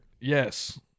Yes